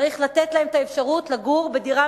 צריך לתת להם את האפשרות לגור בדירה